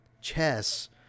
chess